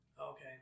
Okay